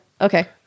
Okay